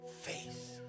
face